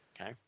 Okay